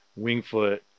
Wingfoot